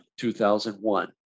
2001